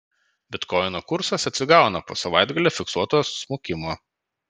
bitkoino kursas atsigauna po savaitgalį fiksuoto smukimo